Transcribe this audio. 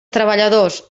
treballadors